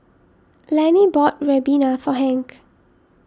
Lannie bought Ribena for Hank